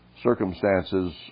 circumstances